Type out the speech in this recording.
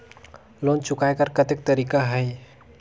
Loan चुकाय कर कतेक तरीका है?